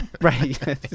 Right